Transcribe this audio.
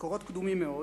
מקורות קדומים מאוד,